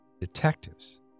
detectives